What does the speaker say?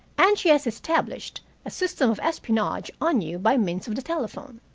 and she has established a system of espionage on you by means of the telephone.